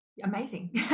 amazing